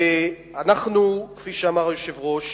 ואנחנו, כפי שאמר היושב-ראש,